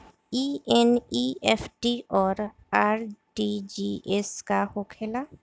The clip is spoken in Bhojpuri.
ई एन.ई.एफ.टी और आर.टी.जी.एस का होखे ला?